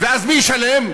ואז מי ישלם?